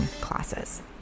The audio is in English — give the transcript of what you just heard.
classes